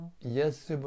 Yes